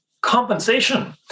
compensation